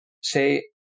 say